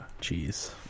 cheese